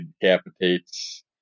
decapitates